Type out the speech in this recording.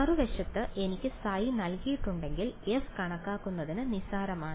മറുവശത്ത് എനിക്ക് ϕ നൽകിയിട്ടുണ്ടെങ്കിൽ f കണക്കാക്കുന്നത് നിസ്സാരമാണ്